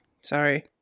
Sorry